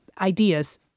ideas